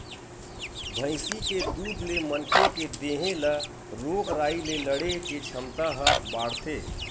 भइसी के दूद ले मनखे के देहे ल रोग राई ले लड़े के छमता ह बाड़थे